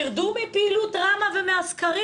תרדו מפעילות ראמ"ה ומהסקרים.